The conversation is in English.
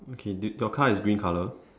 okay d~ your car is green colour